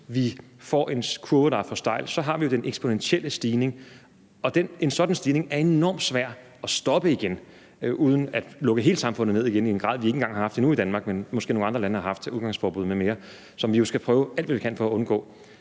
hvis vi får en kurve, der er for stejl, så har vi jo den eksponentielle stigning, og en sådan stigning er enormt svær at stoppe igen uden at lukke hele samfundet ned igen i en grad, som vi ikke engang har oplevet endnu i Danmark, men som nogle andre lande måske har oplevet med udgangsforbud m.m., som vi jo skal prøve alt, hvad vi kan, for at undgå.